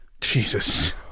Jesus